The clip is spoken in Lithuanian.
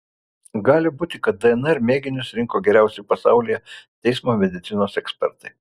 gali būti kad dnr mėginius rinko geriausi pasaulyje teismo medicinos ekspertai